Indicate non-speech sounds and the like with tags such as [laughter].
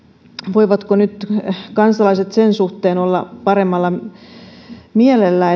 voivatko nyt kansalaiset sen suhteen olla paremmalla mielellä [unintelligible]